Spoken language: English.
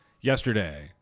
yesterday